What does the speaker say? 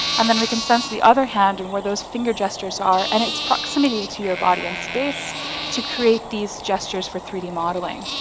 and then we can sense the other hand and where those finger gestures are and its proximity to your body and space to create these gestures for three d modeling.